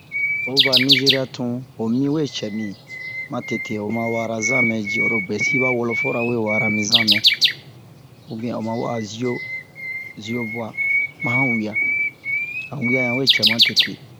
o va Nizeriya tun ho mii we cɛ mi matete homa wara zanmɛ ji oro buwɛ si ɓa wɔlɔfɔra we wa'ara mi zanmɛn ubiyɛn oma wa'a ziyo ziyo buwa ma han wiya han wiya ɲan we cɛ matete